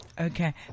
Okay